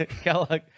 Kellogg